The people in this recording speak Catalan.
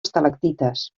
estalactites